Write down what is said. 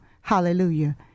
hallelujah